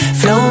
flow